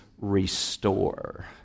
restore